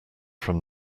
from